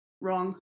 wrong